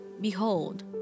behold